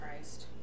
Christ